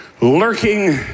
lurking